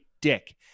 dick